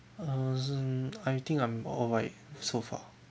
uh um I think I'm alright so far